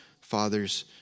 fathers